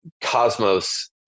cosmos